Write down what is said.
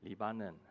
Lebanon